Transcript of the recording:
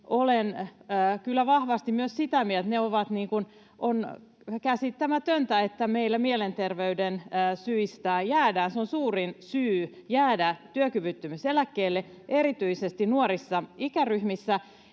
kyllä vahvasti myös sitä mieltä, että on käsittämätöntä, että meillä mielenterveyden syyt ovat suurin syy jäädä työkyvyttömyyseläkkeelle erityisesti nuorissa ikäryhmissä,